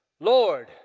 Lord